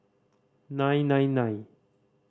nine nine nine